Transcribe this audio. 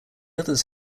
others